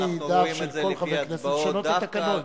אנחנו רואים את זה לפי ההצבעות.